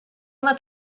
una